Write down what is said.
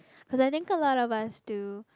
cause I think a lot of us do